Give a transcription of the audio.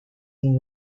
and